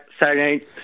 Saturday